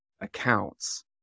accounts